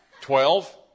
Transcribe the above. Twelve